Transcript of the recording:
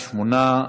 בעד, שמונה,